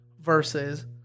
versus